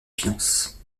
finances